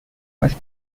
must